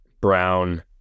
brown